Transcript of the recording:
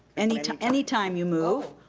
anytime anytime you move,